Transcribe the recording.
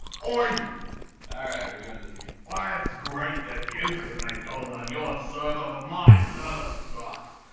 oy! alright, we're doin this again. like that's great that you can make gold on your server but my server sucks,